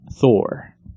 Thor